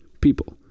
people